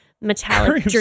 metallic